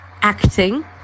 acting